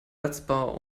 satzbau